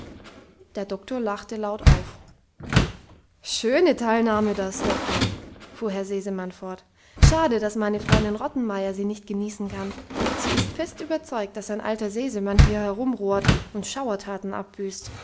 der doktor lachte laut auf schöne teilnahme das doktor fuhr herr sesemann fort schade dass meine freundin rottenmeier sie nicht genießen kann sie ist fest überzeugt dass ein alter sesemann hier herumrumort und schauertaten abbüßt